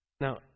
Now